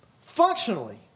functionally